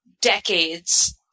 decades